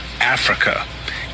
Africa